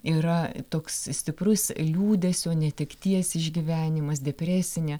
yra toks stiprus liūdesio netekties išgyvenimas depresinė